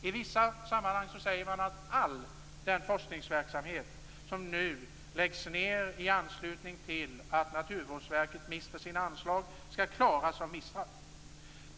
I vissa sammanhang säger man att all den forskningsverksamhet som nu läggs ned i anslutning till att Naturvårdsverket mister sitt anslag skall klaras av MISTRA.